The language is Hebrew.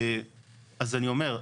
אז אני אומר,